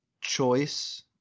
choice